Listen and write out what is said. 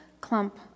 clump